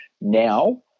now